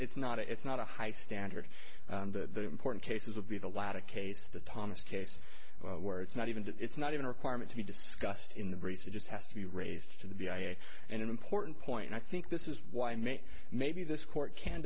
it's not it's not a high standard the important cases would be the latter case the thomas case where it's not even it's not even a requirement to be discussed in the research just has to be raised to the b i an important point and i think this is why may maybe this court can